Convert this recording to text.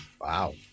Wow